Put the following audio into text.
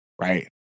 right